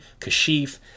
Kashif